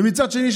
ומצד שני,